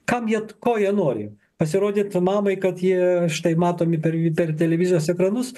kam jie ko jie nori pasirodyti mamai kad jie štai matomi per per televizijos ekranus